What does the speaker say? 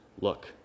Look